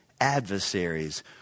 adversaries